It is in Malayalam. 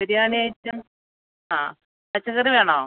ബിരിയാണി ഐറ്റം ആ പച്ചക്കറി വേണോ